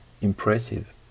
impressive